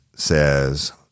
Says